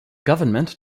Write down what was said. government